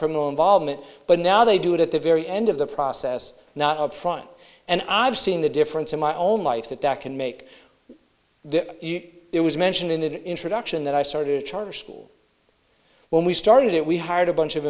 criminal involvement but now they do it at the very end of the process not up front and i've seen the difference in my own life that that can make it was mentioned in the introduction that i started a charter school when we started it we hired a bunch of